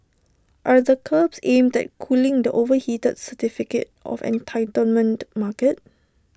are the curbs aimed at cooling the overheated certificate of entitlement market